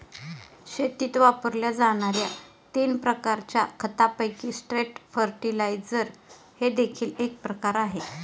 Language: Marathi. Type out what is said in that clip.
शेतीत वापरल्या जाणार्या तीन प्रकारच्या खतांपैकी स्ट्रेट फर्टिलाइजर हे देखील एक प्रकार आहे